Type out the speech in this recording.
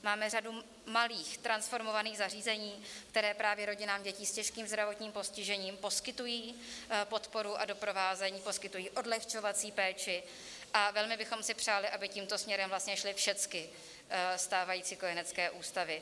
Máme řadu malých transformovaných zařízení, která právě rodinám dětí s těžkým zdravotním postižením poskytují podporu a doprovázení, poskytují odlehčovací péči, a velmi bychom si přáli, aby tímto směrem vlastně šly všechny stávající kojenecké ústavy.